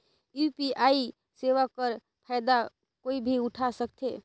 UPI सेवा कर फायदा कोई भी उठा सकथे?